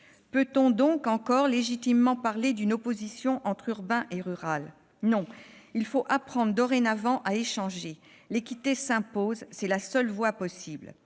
Peut-on donc encore légitimement parler d'une opposition entre urbain et rural ? Non, il faut apprendre dorénavant à échanger : l'équité s'impose, c'est la seule voie possible.